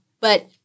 but-